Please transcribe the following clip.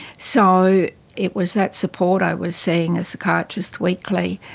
so it was that support. i was seeing a psychiatrist weekly,